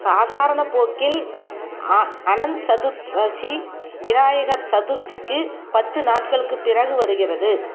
சாதாரண போக்கில் அனந்த் சதுர்த்தசி விநாயகர் சதுர்த்திக்கு பத்து நாட்களுக்குப் பிறகு வருகிறது